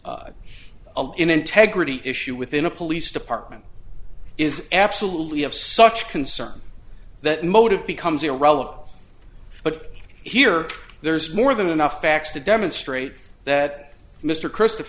of integrity issue within a police department is absolutely of such concern that motive becomes irrelevant but here there's more than enough facts to demonstrate that mr christopher